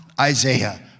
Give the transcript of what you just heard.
Isaiah